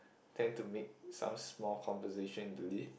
tend to make some small conversations in the lift